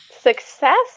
Success